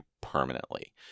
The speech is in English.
permanently